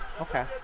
Okay